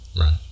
Right